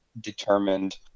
determined